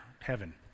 heaven